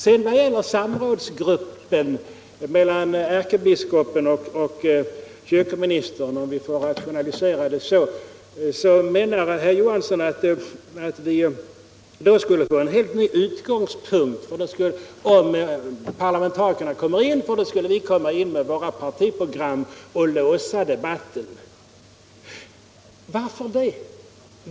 Vad sedan gäller samrädsgruppen mellan biskopen och kyrkoministern — om vi får rationalisera uttryckssätten — menar herr Johansson att vi skulle få en helt ny utgångspunkt, om parlamentarikerna kommer med i överläggningarna; de skulle med sina partiprogram kunna låsa debatten. Varför det?